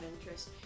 interest